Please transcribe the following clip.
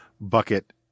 bucket